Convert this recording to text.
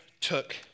took